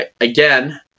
again